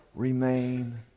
Remain